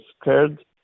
scared